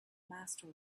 master